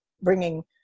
bringing